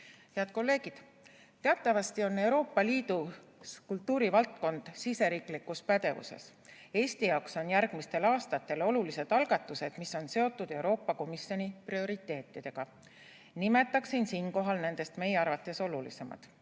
Head kolleegid! Teatavasti on Euroopa Liidus kultuurivaldkond siseriiklikus pädevuses. Eesti jaoks on järgmistel aastatel olulised algatused, mis on seotud Euroopa Komisjoni prioriteetidega. Nimetaksin siinkohal nendest meie arvates olulisemad.